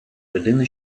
людина